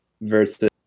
versus